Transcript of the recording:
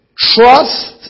Trust